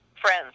friends